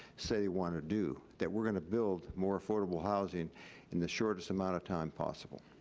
say they want to do, that we're gonna build more affordable housing in the shortest amount of time possible.